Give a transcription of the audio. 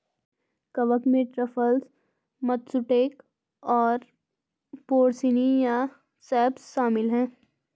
कवक में truffles, matsutake और पोर्सिनी या सेप्स शामिल हैं